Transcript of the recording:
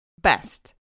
best